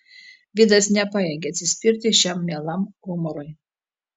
vidas nepajėgė atsispirti šiam mielam humorui